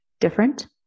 different